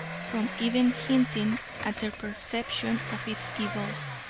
from even hinting at their perception of its evils.